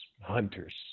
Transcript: hunters